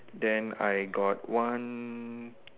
then I got one